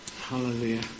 Hallelujah